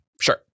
sure